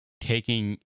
taking